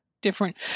different